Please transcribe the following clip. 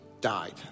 died